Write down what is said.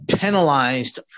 penalized